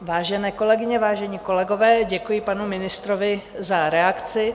Vážené kolegyně, vážení kolegové, děkuji panu ministrovi za reakci.